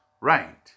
right